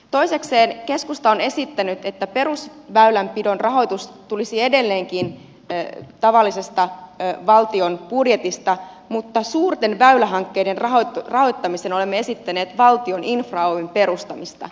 toisekseen keskusta on esittänyt että perusväylänpidon rahoitus tulisi edelleenkin tavallisesta valtion budjetista mutta suurten väylähankkeiden rahoittamiseen olemme esittäneet valtion infra oyn perustamista